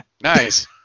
Nice